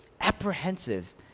apprehensive